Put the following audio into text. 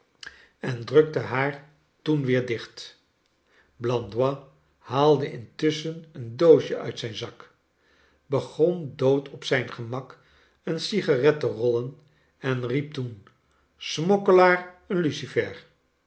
en drukte haar toen weer dicht blandois haalde intusschen een doosje uit den zak begon dood op zijn gemak een sigaret te rollen en riep toen smokkelaar een lucifer